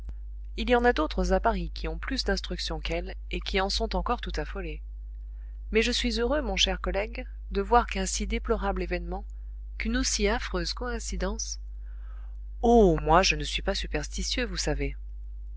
il y en a d'autres à paris qui ont plus d'instruction qu'elle et qui en sont encore tout affolés mais je suis heureux mon cher collègue de voir qu'un si déplorable événement qu'une aussi affreuse coïncidence oh moi je ne suis pas superstitieux vous savez